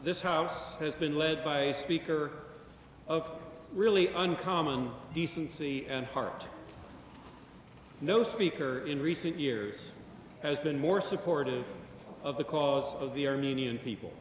this house has been led by a speaker of really uncommon decency and hard to no speaker in recent years has been more supportive of the cause of the armenian people